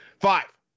Five